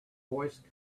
voice